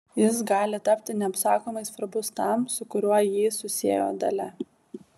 jis gali tapti neapsakomai svarbus tam su kuriuo jį susiejo dalia